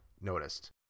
noticed